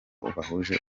bahuje